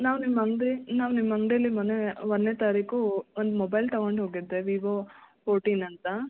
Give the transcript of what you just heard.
ನಾವು ನಿಮ್ಮ ಅಂಗಡಿ ನಾವು ನಿಮ್ಮ ಅಂಗಡಿಲಿ ಮೊನ್ನೆ ಒಂದನೇ ತಾರೀಖು ಒಂದು ಮೊಬೈಲ್ ತಗೊಂಡು ಹೋಗಿದ್ದೆ ವಿವೋ ಫೋರ್ಟೀನ್ ಅಂತ